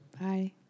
Bye